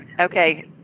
Okay